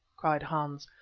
cried hans,